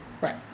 Right